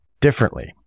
differently